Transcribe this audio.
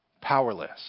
powerless